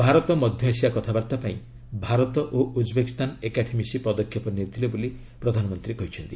ଭାରତ ମଧ୍ୟଏସିଆ କଥାବାର୍ତ୍ତା ପାଇଁ ଭାରତ ଓ ଉଜ୍ବେକିସ୍ତାନ ଏକାଠି ମିଶି ପଦକ୍ଷେପ ନେଇଥିଲେ ବୋଲି ପ୍ରଧାନମନ୍ତ୍ରୀ କହିଛନ୍ତି